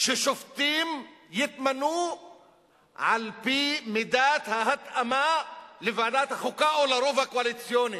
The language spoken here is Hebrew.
ששופטים יתמנו על-פי מידת ההתאמה לוועדת החוקה או לרוב הקואליציוני,